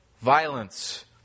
violence